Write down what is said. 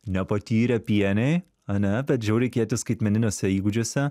nepatyrę pieniai ane bet žiauriai kieti skaitmeniniuose įgūdžiuose